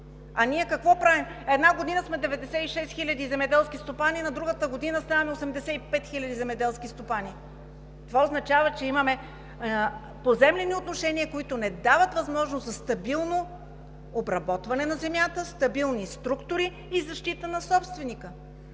А ние какво правим? Една година сме 96 хиляди земеделски стопани, на другата година ставаме 85 хиляди земеделски стопани. Това означава, че имаме поземлени отношения, които не дават възможност за стабилно обработване на земята, стабилни структури и защита на собственика.